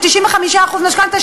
של 95% משכנתה,